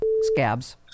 scabs